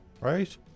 Right